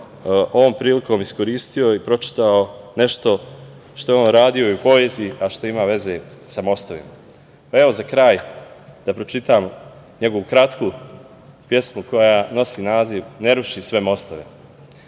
ovom prilikom iskoristio i pročitao nešto što je on radio i u poeziji, a što ima veze sa mostovima. Za kraj da pročitam njegovu kratku pesmu koja nosi naziv „Ne ruši sve mostove“„Ne